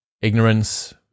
ignorance